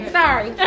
sorry